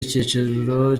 icyiciro